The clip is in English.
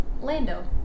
Lando